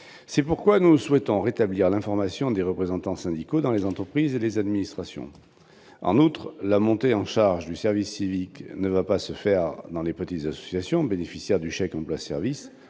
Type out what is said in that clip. C'est pourquoi nous souhaitons rétablir l'information des représentants syndicaux dans les entreprises et administrations. En outre, la montée en charge du service civique ne va pas se faire dans les petites associations bénéficiaires du chèque emploi service,